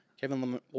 Kevin